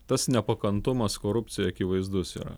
tas nepakantumas korupcijai akivaizdus yra